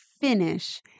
finish